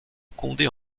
condé